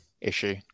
issue